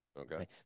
Okay